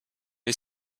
les